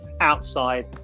outside